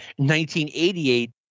1988